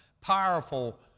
powerful